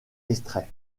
extraits